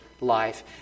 life